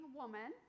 woman